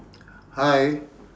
hi